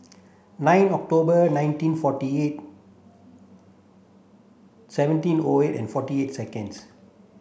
nine October nineteen forty eight seventeen O eight and forty eight seconds